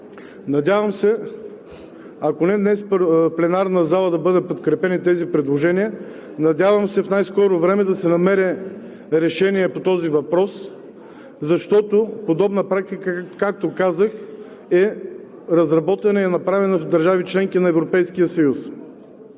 Надявам се, ако не днес в пленарната зала, да бъдат подкрепени тези предложения, в най-скоро време да се намери решение по този въпрос, защото подобна практика, както казах, е разработена и направена за държави – членки на Европейския съюз.